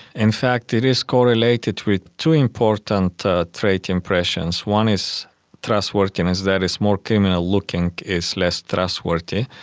in fact it is correlated with two important trait impressions. one is trustworthiness, that is more criminal looking is less trustworthy.